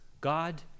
God